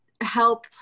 help